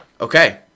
Okay